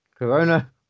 Corona